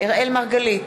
אראל מרגלית,